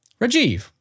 Rajiv